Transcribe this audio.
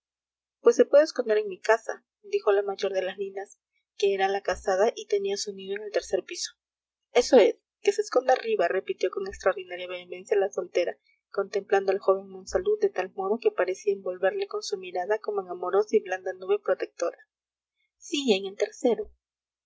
pues se puede esconder en mi casa dijo la mayor de las linas que era la casada y tenía su nido en el tercer piso eso es que se esconda arriba repitió con extraordinaria vehemencia la soltera contemplando al joven monsalud de tal modo que parecía envolverle con su mirada como en amorosa y blanda nube protectora sí en el tercero